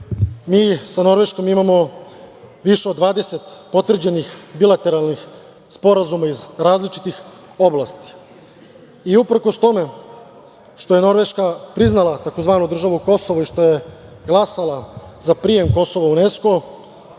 Mi sa Norveškom imamo više od 20 potvrđenih bilateralnih sporazuma iz različitih oblasti. Uprkos tome što je Norveška priznala tzv. državu Kosovo i što je glasala za prijem Kosova